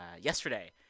yesterday